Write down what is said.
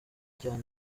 njyana